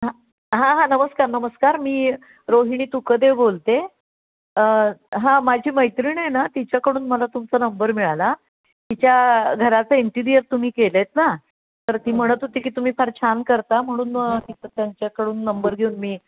हां हां हां नमस्कार नमस्कार मी रोहिणी तुकदेव बोलते हां माझी मैत्रिण आहे ना तिच्याकडून मला तुमचा नंबर मिळाला तिच्या घराचं इंटिरियर तुम्ही केलं आहेत ना तर ती म्हणत होती की तुम्ही फार छान करता म्हणून तिथं त्यांच्याकडून नंबर घेऊन मी